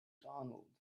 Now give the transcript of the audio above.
donald